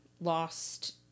lost –